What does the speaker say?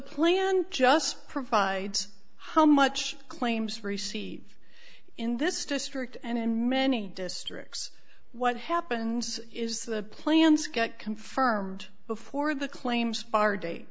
plan just provides how much claims receive in this district and in many districts what happens is the plans get confirmed before the claims are date